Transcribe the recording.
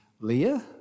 Leah